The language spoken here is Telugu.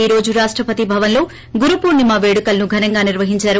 ఈ రోజు రాష్టపతి భవన్ లో గురుపూర్లిమ పేడుకొలను ఘనంగా నిర్వహించారు